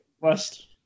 west